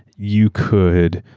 you could,